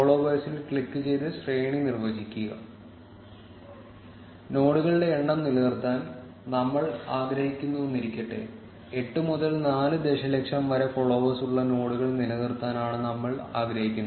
ഫോളോവേഴ്സിൽ click ചെയ്ത് ശ്രേണി നിർവ്വചിക്കുക നോഡുകളുടെ എണ്ണം നിലനിർത്താൻ നമ്മൾ ആഗ്രഹിക്കുന്നുവെന്ന് ഇരിക്കട്ടെ 8 മുതൽ 4 ദശലക്ഷം വരെ ഫോളോവേഴ്സ് ഉള്ള നോഡുകൾ നിലനിർത്താൻ ആണ് നമ്മൾ ആഗ്രഹിക്കുന്നത്